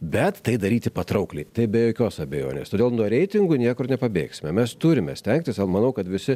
bet tai daryti patraukliai tai be jokios abejonės todėl nuo reitingų niekur nepabėgsime mes turime stengtis al manau kad visi